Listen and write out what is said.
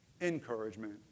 encouragement